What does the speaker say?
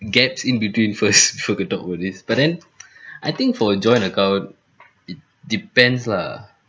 gaps in between first before could talk about this but then I think for joint account it depends lah